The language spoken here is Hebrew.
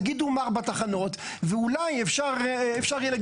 תגידו מה ארבע התחנות ואולי אפשר לומר